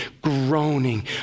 groaning